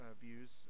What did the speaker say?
views